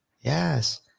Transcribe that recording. Yes